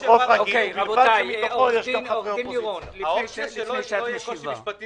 האופציה שלא יהיה קושי משפטי